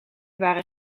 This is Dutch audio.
waren